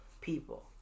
people